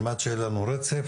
על מנת שיהיה לנו רצף.